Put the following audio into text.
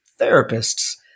therapists